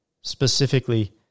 specifically